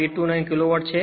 829 kilowatt છે